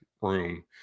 room